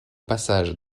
passage